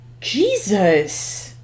jesus